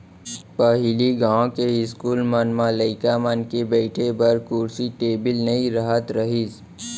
पहिली गॉंव के इस्कूल मन म लइका मन के बइठे बर कुरसी टेबिल नइ रहत रहिस